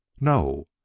No